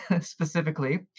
specifically